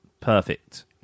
perfect